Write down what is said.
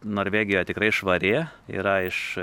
norvegijoje tikrai švari yra iš